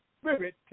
Spirit